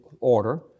order